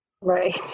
Right